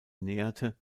näherte